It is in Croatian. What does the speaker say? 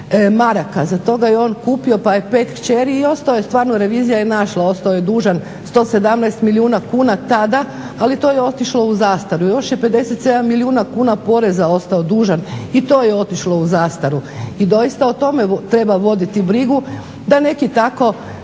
maraka za to da je on kupio pa je 5 kćeri o ostao je stvarno, revizija je našla, ostao je dužan 117 milijuna kuna tada ali je to otišlo u zastaru. Još je 57 milijuna kuna poreza ostao dužan i to je otišlo u zastaru. I doista o tome treba voditi brigu da neki tako